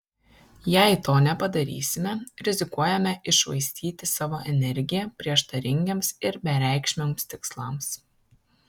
jei to nepadarysime rizikuojame iššvaistyti savo energiją prieštaringiems ir bereikšmiams tikslams